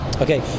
Okay